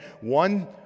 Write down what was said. one